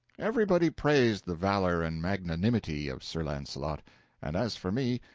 everybody praised the valor and magnanimity of sir launcelot and as for me,